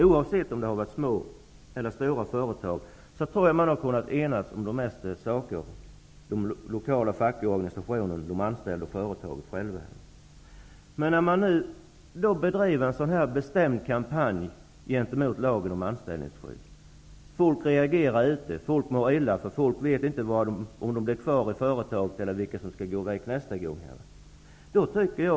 Oavsett om det har varit fråga om små eller stora företag tror jag att de lokala fackliga organisationerna, de anställda och företagen själva har kunnat enas i de flesta frågor. Nu bedrivs det däremot en bestämd kampanj gentemot lagen om anställningsskydd. Folk reagerar mot det, folk mår dåligt, eftersom de inte vet om de blir kvar i företaget eller vilka som får gå nästa gång.